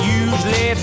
usually